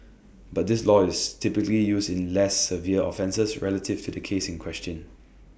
but this law is typically used in less severe offences relative to the case in question